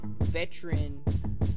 Veteran